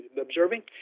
observing